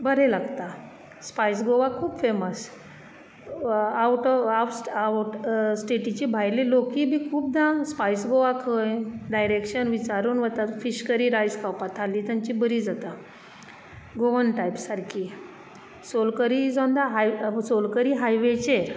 बरें लागता स्पायस गोवा खूब फेमस आवट ऑफ आफस्ट आवट स्टेटीची भायले लोकूय बी खुबदां स्पायस गोवा खंय डायरॅक्शन विचारून वतात फीश करी रायस खावपाक थाली तांची बरी जाता गोवन टायप्स सारकी solkadhi is on the high solkadhi हायवेचेर